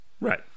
Right